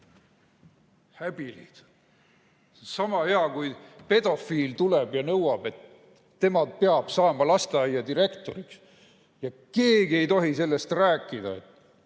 Häbi! Sama hea, kui pedofiil tuleb ja nõuab, et tema peab saama lasteaia direktoriks. Ja keegi ei tohi sellest rääkida.